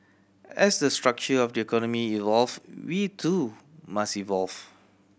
as the structure of the economy evolve we too must evolve